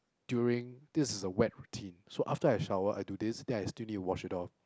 during this is a wet routine so after I shower I do this then I still need to wash it off